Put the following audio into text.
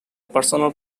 personal